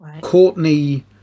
Courtney